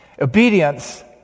obedience